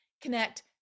connect